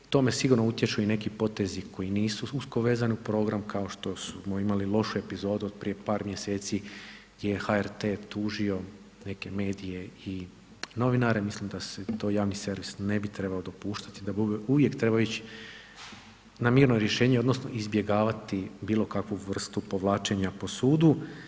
Tome sigurno utječu i neki potezi koji nisu usko vezani uz program, kao što smo imali lošu epizodu od prije par mjeseci gdje je HRT tužio neke medije i novinare, mislim da si to javni servis ne bi trebao dopuštati, da uvijek treba ići na mirno rješenje, odnosno izbjegavati bilo kakvu vrstu povlačenja po sudu.